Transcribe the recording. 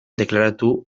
deklaratu